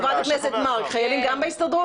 חברת הכנסת מארק, חיילים הם בהסתדרות?